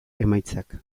emaitzak